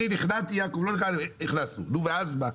נו ואז מה?